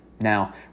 now